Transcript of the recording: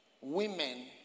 women